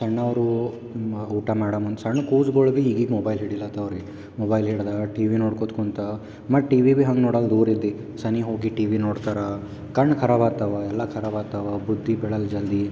ಸಣ್ಣವರು ಊಟ ಮಾಡೋ ಮುಂಚೆ ಸಣ್ಣ ಕೂಸ್ಗಳಿಗು ಈಗೀಗ ಮೊಬೈಲ್ ಹಿಡಿಲತಾವ ರೀ ಮೊಬೈಲ್ ಹಿಡ್ದು ಟಿವಿ ನೋಡ್ಕೋತ ಕೂತು ಮತ್ತು ಟಿವಿ ಬಿ ಹಂಗೆ ನೋಡಲು ದೂರ ಇದ್ದು ಸನಿಹ ಹೋಗಿ ಟಿವಿ ನೋಡ್ತಾರೆ ಕಣ್ಣು ಖರಾಬ್ ಆಗ್ತಾವ ಎಲ್ಲ ಖರಾಬ್ ಆಗ್ತಾವ ಬುದ್ದಿ ಬೆಳೆಯೋಲ್ಲ ಜಲ್ದಿ